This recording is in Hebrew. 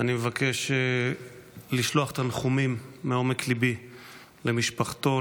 אני מבקש לשלוח תנחומים מעומק ליבי למשפחתו,